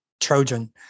Trojan